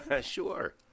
Sure